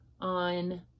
on